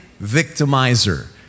victimizer